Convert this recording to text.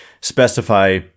specify